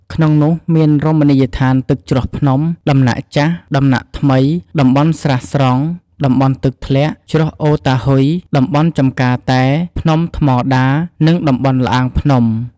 ក្នុងនោះមានរមណីយដ្ឋានទឹកជ្រោះភ្នំ ដំណាក់ចាស់ ដំណាក់ថ្មី តំបន់ស្រះស្រង់ តំបន់ទឹកធ្លាក់ ជ្រោះអូរតាហ៊ុយ តំបន់ចំការតែ ភ្នំថ្មដា និងតំបន់ល្អាងភ្នំ។